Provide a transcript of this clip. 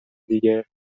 دیگه